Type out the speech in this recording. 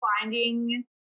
finding